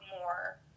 more